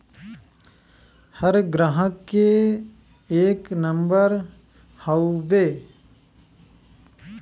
हर ग्राहक के एक नम्बर हउवे